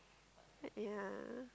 yeah